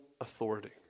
authority